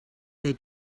they